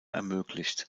ermöglicht